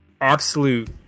absolute